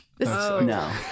No